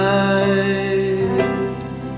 eyes